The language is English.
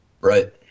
Right